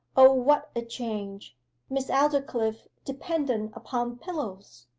o, what a change miss aldclyffe dependent upon pillows!